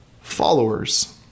followers